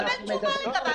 תקבל תשובה לגביו.